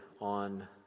on